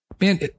Man